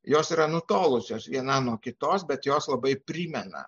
jos yra nutolusios viena nuo kitos bet jos labai primena